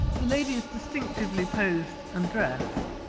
the lady is distinctively posed and dressed.